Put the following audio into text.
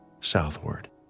southward